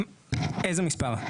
איזה מספר?